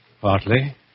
Partly